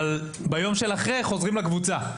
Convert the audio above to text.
אבל ביום שאחרי, חוזרים לקבוצה.